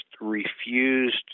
refused